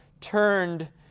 turned